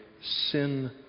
sin